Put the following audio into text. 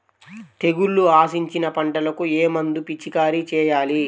తెగుళ్లు ఆశించిన పంటలకు ఏ మందు పిచికారీ చేయాలి?